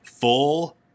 Full